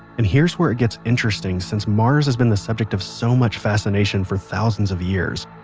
and here's where it gets interesting since mars has been the subject of so much fascination for thousands of years.